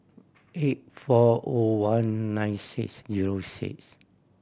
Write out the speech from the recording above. eight four O one nine six zero six